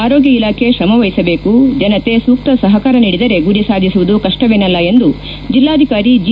ಆರೋಗ್ಯ ಇಲಾಖೆ ತ್ರಮವಹಿಸಬೇಕು ಜನತೆ ಸೂಕ್ತ ಸಹಕಾರ ನೀಡಿದರೆ ಗುರಿ ಸಾಧಿಸುವುದು ಕಷ್ನವೇನಲ್ಲ ಎಂದು ಜಿಲ್ಲಾಧಿಕಾರಿ ಜಿ